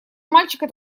мальчика